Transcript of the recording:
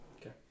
Okay